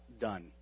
done